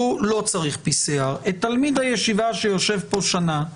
הוא לא צריך בדיקת PCR. תלמיד הישיבה שיושב כאן שנה,